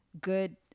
good